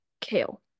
Kale